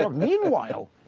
ah meanwhile,